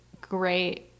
great